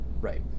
Right